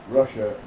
russia